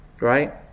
right